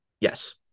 Yes